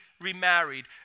remarried